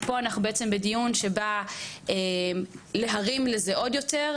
אז אנחנו נמצאים כאן בדיון שבא לחזק את זה עוד יותר,